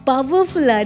Powerful